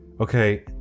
Okay